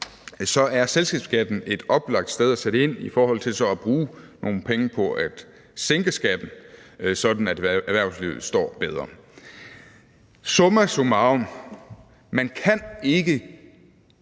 er selskabsskatten et oplagt sted at sætte ind i forhold til så at bruge nogle penge på at sænke skatten, sådan at erhvervslivet står bedre. Summa summarum, man kan ikke